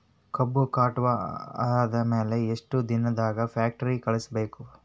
ಕಬ್ಬು ಕಟಾವ ಆದ ಮ್ಯಾಲೆ ಎಷ್ಟು ದಿನದಾಗ ಫ್ಯಾಕ್ಟರಿ ಕಳುಹಿಸಬೇಕು?